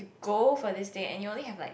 go for this thing and you only have like